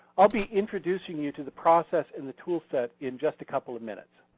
i'll be introducing you to the process and the tool set in just a couple of minutes.